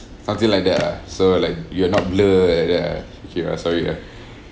something like that lah so like you are not blur like that ah okay ah sorry ah